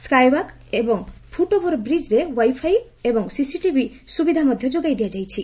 skywalk ଏବଂ foot ଓଭର୍ବ୍ରିକ୍ରେ wifi ଏବଂ ସିସିଟିଭି ସୁବିଧା ମଧ୍ୟ ଯୋଗାଇ ଦିଆଯାଇଛି